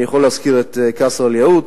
אני יכול להזכיר את קאסר אל-יהוד,